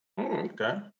Okay